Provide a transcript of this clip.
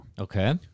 Okay